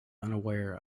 unaware